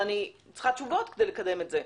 אבל אני צריכה תשובות כדי לקדם את זה,